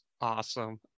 awesome